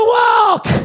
walk